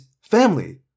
family